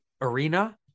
arena